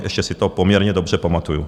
Ještě si to poměrně dobře pamatuji.